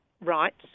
rights